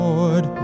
Lord